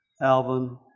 Alvin